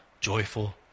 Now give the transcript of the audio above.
joyful